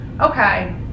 okay